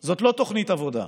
זה לא תוכנית עבודה,